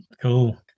Cool